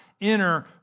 enter